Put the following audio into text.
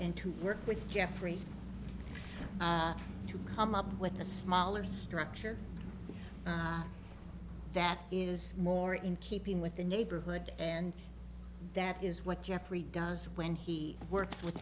with jeffrey you come up with a smaller structure that is more in keeping with the neighborhood and that is what jeffrey does when he works with